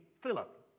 Philip